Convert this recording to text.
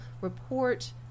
report